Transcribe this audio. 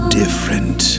different